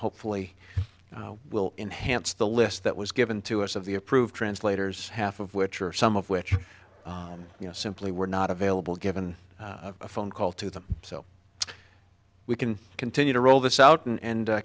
hopefully will enhance the list that was given to us of the approved translators half of which are some of which you know simply were not available given a phone call to them so we can continue to roll this out and